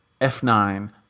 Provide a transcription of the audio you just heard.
F9